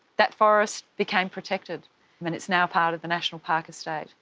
that forest became protected and it's now part of the national park estate.